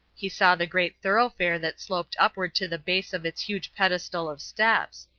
he saw the great thoroughfare that sloped upward to the base of its huge pedestal of steps.